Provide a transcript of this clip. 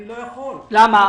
אני לא יכול - אהיה